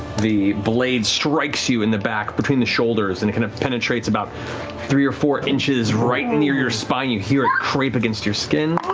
the blade strikes you in the back between the shoulders and it kind of penetrates about three or four inches right near your spine. you hear it scrape against your skin.